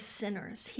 sinners